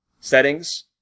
settings